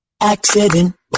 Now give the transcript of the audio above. Accident